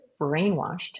brainwashed